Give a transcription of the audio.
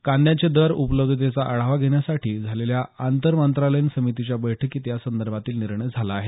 कांद्याचे दर आणि उपलब्धतेचा आढावा घेण्यासाठी झालेल्या आंतर मंत्रालयीन समितीच्या बैठकीत या संदर्भातील निर्णय झाला आहे